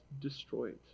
destroyed